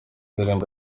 indirimbo